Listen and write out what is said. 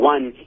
One